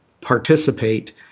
participate